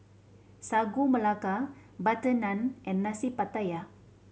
Sagu Melaka butter naan and Nasi Pattaya